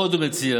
עוד מציע